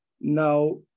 now